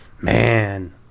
Man